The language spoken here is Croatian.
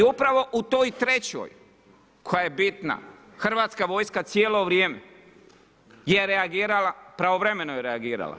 I upravo u toj trećoj koja je bitna Hrvatska vojska cijelo vrijeme je reagirala, pravovremeno je reagirala.